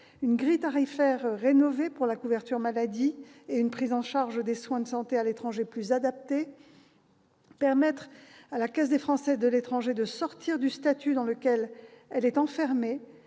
une grille tarifaire rénovée pour la couverture maladie et une prise en charge des soins de santé à l'étranger plus adaptée. La proposition de loi prévoit également de permettre à la Caisse des Français de l'étranger de sortir du statut dans lequel elle est enfermée,